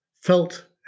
felt